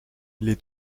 les